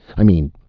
i mean,